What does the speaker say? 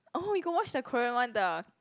oh you got watch the Korean one the